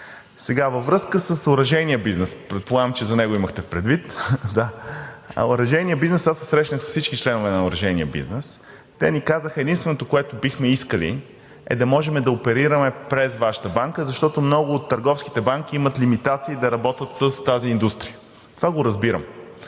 Във връзка с оръжейния бизнес, предполагам, че него имахте предвид. Оръжейният бизнес – аз се срещнах с всички членове на оръжейния бизнес. Те ни казаха, че „единственото, което бихме искали, е да можем да оперираме през Вашата банка“, защото много от търговските банки имат лимитации да работят с тази индустрия. Това го разбирам.